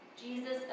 Jesus